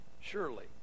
surely